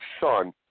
son